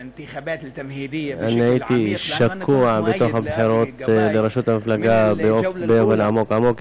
אני הייתי שקוע בבחירות לראשות המפלגה באופן עמוק עמוק.